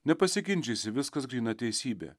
nepasiginčysi viskas gryna teisybė